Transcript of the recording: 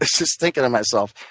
ah so just thinking to myself,